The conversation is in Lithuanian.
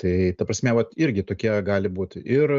tai ta prasme vat irgi tokie gali būti ir